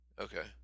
Okay